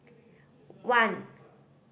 one